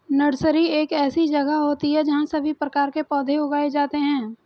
nursery एक ऐसी जगह होती है जहां सभी प्रकार के पौधे उगाए जाते हैं